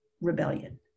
rebellion